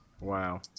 Wow